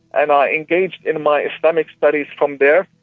and i engaged in my islamic studies from there,